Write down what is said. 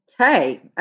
Okay